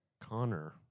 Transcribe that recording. Connor